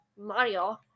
Mario